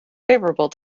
favorable